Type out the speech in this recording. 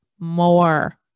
more